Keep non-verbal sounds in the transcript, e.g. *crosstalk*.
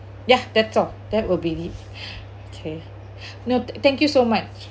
ya that's all that will be *breath* okay *breath* no thank you so much